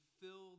filled